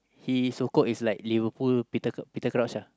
he so called is like Liverpool Petercr~ Petercrouch ah